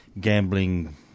gambling